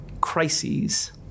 crises